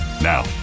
now